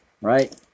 Right